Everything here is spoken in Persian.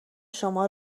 شما